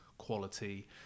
quality